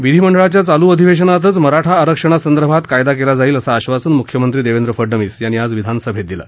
विधीमंडळाच्या चालू अधिवेशनातच मराठा आरक्षणासंदर्भात कायदा केला जाईल असं आश्वासन मुख्यमंत्री देवेंद्र फडणवीस यांनी आज विधानसभेत दिलं